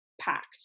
Packed